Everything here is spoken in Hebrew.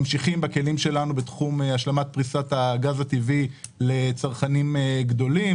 ממשיכים בכלים שלנו בתחום השלמת פריסת הגז הטבעי לצרכנים גדולים,